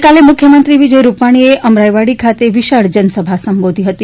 ગઈકાલે મુખ્યમંત્રી વિજય રૂપાણીએ અમરાઈવાડી ખાતે વિશાળ જનસભા સંબોધી ફતી